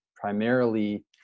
primarily